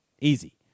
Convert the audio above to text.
Easy